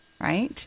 right